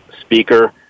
speaker